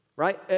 Right